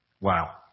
Wow